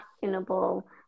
fashionable